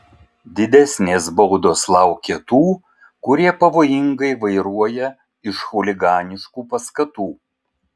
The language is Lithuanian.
didesnės baudos laukia tų kurie pavojingai vairuoja iš chuliganiškų paskatų